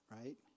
right